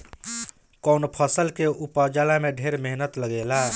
कवनो फसल के उपजला में ढेर मेहनत लागेला